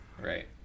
Right